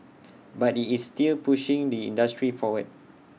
but IT is still pushing the industry forward